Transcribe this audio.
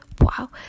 Wow